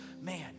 man